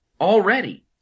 Already